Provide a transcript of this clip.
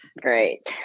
Great